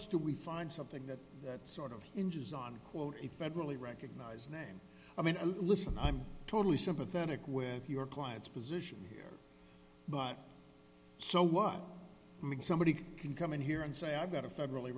es do we find something that that sort of inches on quote a federally recognized name i mean listen i'm totally sympathetic with your clients position but so what i mean somebody can come in here and say i got a federally